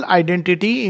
identity